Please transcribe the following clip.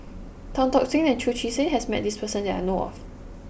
Tan Tock Seng and Chu Chee Seng has met this person that I know of